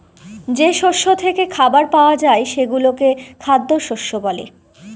যে শস্য থেকে খাবার পাওয়া যায় সেগুলোকে খ্যাদ্যশস্য বলে